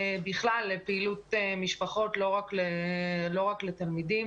בכלל לפעילות משפחות, לא רק לתלמידים.